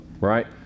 right